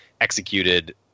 executed